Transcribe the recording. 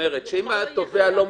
אם התובע אומר: